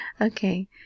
okay